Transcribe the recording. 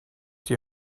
die